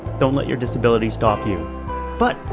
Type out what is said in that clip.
don't let your disability stop you but,